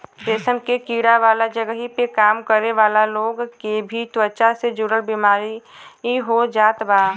रेशम के कीड़ा वाला जगही पे काम करे वाला लोग के भी त्वचा से जुड़ल बेमारी हो जात बा